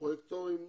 פרויקטורים.